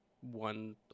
one